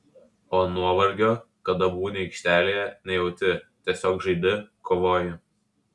o nuovargio kada būni aikštelėje nejauti tiesiog žaidi kovoji